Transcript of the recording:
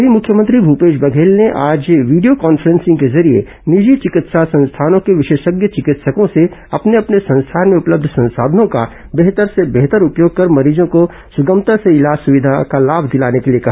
वहीं मुख्यमंत्री मूपेश बघेल ने भी आज वीडियो कॉन्फ्रेंसिंग के जरिये निजी चिकित्सा संस्थानों के विशेषज्ञ चिकित्सकों से अपने अपने संस्थान में उपलब्ध संसाधनों का बेहतर से बेहतर उपयोग कर मरीजों को सगमता से इलाज सुविधा का लाभ दिलाने के लिए कहा